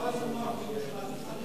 המשטרה לא צריכה למנוע חילול שבת,